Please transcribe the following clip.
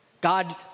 God